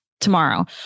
tomorrow